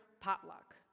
potluck